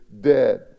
dead